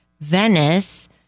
Venice